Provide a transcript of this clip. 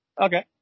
Okay